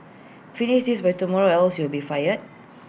finish this by tomorrow or else you'll be fired